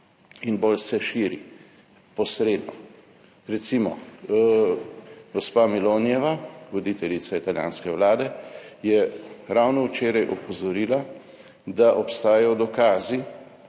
in bolj se širi posredno. Recimo, gospa Melonijeva, voditeljica italijanske vlade, je ravno včeraj opozorila, da obstajajo dokazi,